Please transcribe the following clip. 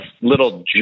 little